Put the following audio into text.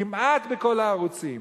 כמעט בכל הערוצים.